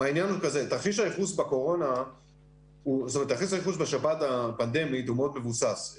תרחיש הייחוס בשפעת הפנדמית הוא מאוד מבוסס.